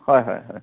হয় হয় হয়